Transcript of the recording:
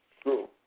true